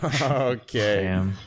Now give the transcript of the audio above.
Okay